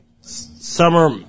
Summer